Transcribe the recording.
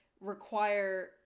require